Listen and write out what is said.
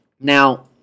Now